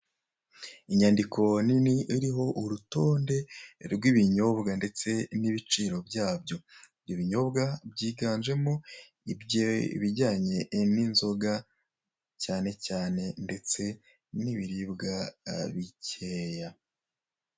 Inyandiko nini iriho urutonde rw'ibinyobwa ndetse n'ibiciro byabyo. Ibinyobwa byiganjemo ibijyanye n'inzoga cyane cyane ndetse n'ibiribwa bikeya.